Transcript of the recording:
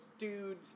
dudes